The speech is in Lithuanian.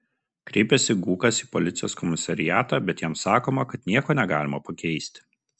kreipiasi gūkas į policijos komisariatą bet jam sakoma kad nieko negalima pakeisti